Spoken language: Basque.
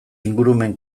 ingurumen